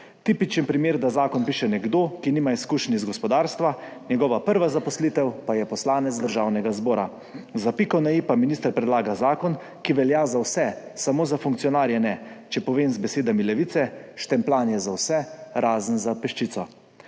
Tipičen primer, da zakon piše nekdo, ki nima izkušenj iz gospodarstva, njegova prva zaposlitev pa je biti poslanec Državnega zbora. Za piko na i pa minister predlaga zakon, ki velja za vse, samo za funkcionarje ne. Če povem z besedami Levice, štempljanje za vse, razen za peščico.